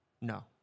No